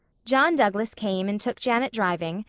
john douglas came and took janet driving,